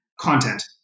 content